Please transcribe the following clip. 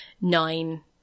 nine